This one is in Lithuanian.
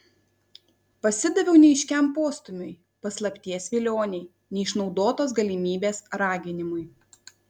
pasidaviau neaiškiam postūmiui paslapties vilionei neišnaudotos galimybės raginimui